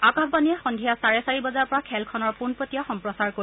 আকাশবাণীয়ে সদ্ধিয়া চাৰে চাৰি বজাৰ পৰা খেলখনৰ পোনপটীয়া সম্প্ৰচাৰ কৰিব